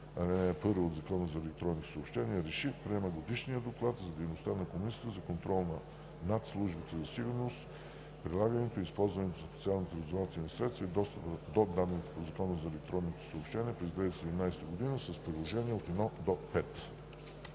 ал. 1 от Закона за електронните съобщения РЕШИ: Приема Годишния доклад за дейността на Комисията за контрол над службите за сигурност, прилагането и използването на специалните разузнавателни средства и достъпа до данните по Закона за електронните съобщения през 2017 г. с приложения № 1 – 5.“